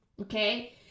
Okay